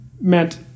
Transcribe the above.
meant